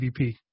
MVP